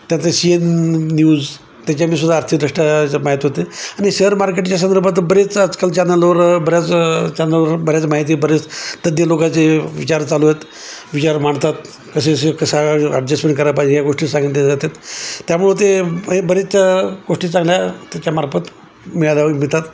त्यानंतर शी एन न्यूज त्याच्या मीसुद्धा आर्थिकदृष्ट्या माहीत होते आणि शेअ मार्केटच्या संदर्भात बरेच आजकाल चॅनलवर बऱ्याच चॅनलवर बऱ्याच माहिती बरेच तज्ञ लोकाचे विचार चालू आहेत विचार मांडतात कसे कसे कसा ॲडजेस्टमेंट करायला पाहिजे ह्या गोष्टी सांगत जातात त्यामुळे ते हे बरेच गोष्टी चांगल्या त्याच्यामार्फत मेळादावे मिळतात